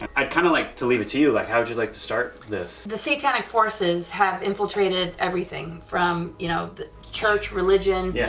i kind of like to leave it to you, like how do you like to start this. the satanic forces have infiltrated everything from you know church religion, yeah